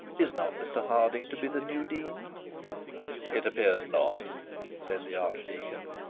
is not mr harding to be the new dean it appears not said the archdeacon.